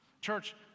Church